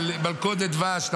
של מלכודת דבש.